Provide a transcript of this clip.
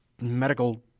medical